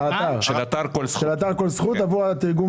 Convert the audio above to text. מיליון שקלים, פי שלושה וקצת, אתה לוקח בהסכם